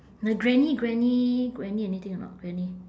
the granny granny granny anything or not granny